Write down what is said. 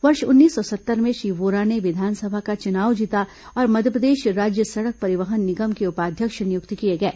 वर्ष उन्नीस सौ सत्तर में श्री वोरा ने विधानसभा का चुनाव जीता और मध्यप्रदेश राज्य सड़क परिवहन निगम के उपाध्यक्ष नियुक्त किए गए